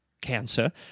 cancer